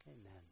Amen